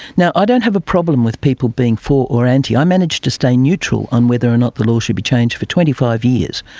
ah don't have a problem with people being for or anti, i managed to stay neutral on whether or not the law should be changed for twenty five years.